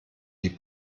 die